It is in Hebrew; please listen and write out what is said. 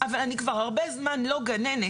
אבל אני כבר הרבה זמן לא גננת.